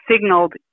signaled